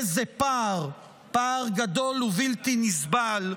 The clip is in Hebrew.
איזה פער, פער גדול ובלתי נסבל,